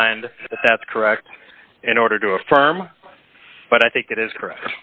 find that correct in order to affirm but i think it is correct